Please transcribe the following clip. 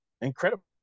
incredible